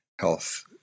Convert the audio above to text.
health